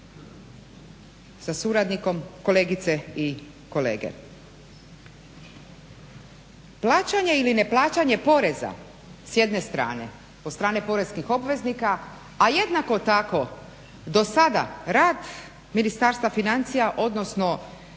sa suradnikom, kolegice i kolege. Plaćanje ili ne plaćanje poreza s jedne strane od strane poreznih obveznika, a jednako tako dosada rad Ministarstva financija, odnosno